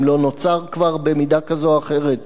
אם לא נוצר כבר במידה כזו או אחרת,